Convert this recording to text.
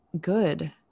good